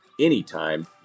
anytime